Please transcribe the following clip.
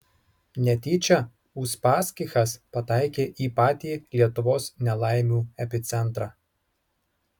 netyčia uspaskichas pataikė į patį lietuvos nelaimių epicentrą